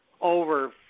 over